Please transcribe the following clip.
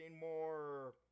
more